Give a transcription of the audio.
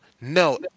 No